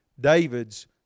David's